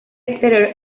exterior